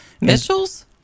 Mitchell's